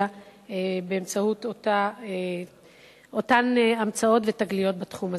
באמצעות אותן המצאות ותגליות בתחום הזה.